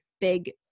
big